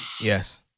Yes